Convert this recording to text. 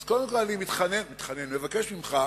אז קודם כול, אני מתחנן, מתחנן, מבקש ממך,